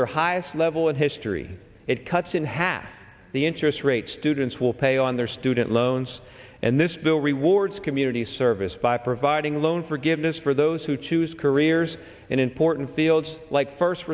their highest level in history it cuts in half the interest rate students will pay on their student loans and this bill rewards community service by providing loan forgiveness for those who choose careers in important fields like first